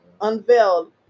unveiled